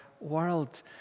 world